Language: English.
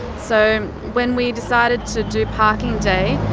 so when we decided to do parking day,